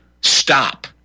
stop